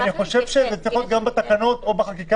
אני חושב שזה צריך להיות גם בתקנות או בחקיקה.